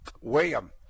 William